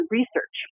research